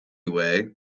way